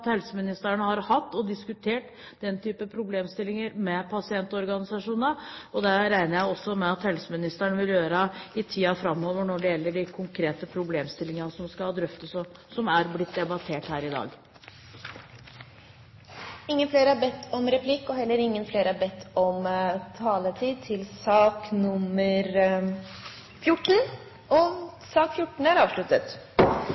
helseministeren har diskutert den type problemstillinger med pasientorganisasjonene. Det regner jeg med at helseministeren også vil gjøre i tiden framover når det gjelder de konkrete problemstillingene som skal drøftes, og som er blitt debattert her i dag. Replikkordskiftet er omme. Flere har ikke bedt om ordet til sak nr. 14.